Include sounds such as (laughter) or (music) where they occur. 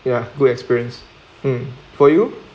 ya good experience (breath) for you